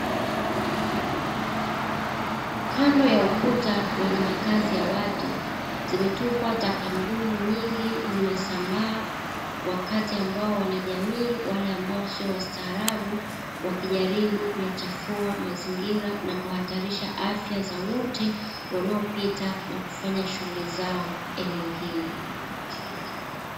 Kando ya ukuta wenye makazi ya watu, zimetupwa taka ngumu nyingi zimesambaa wakati ambao wanajamii wale ambao sio wastaarabu wakijaribu kuchafua mazingira, na kuhatarisha afya za wote wanaopita na kufanya shughuli zao eneo hili.